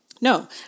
No